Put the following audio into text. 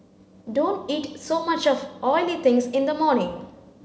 don't eat so much of oily things in the morning